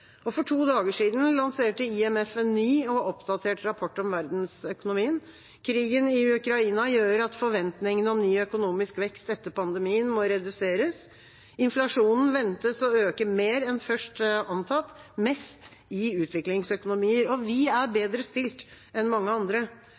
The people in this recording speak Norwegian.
For to dager siden lanserte IMF en ny og oppdatert rapport om verdensøkonomien. Krigen i Ukraina gjør at forventningene om ny økonomisk vekst etter pandemien må reduseres. Inflasjonen ventes å øke mer enn først antatt, mest i utviklingsøkonomier. Vi er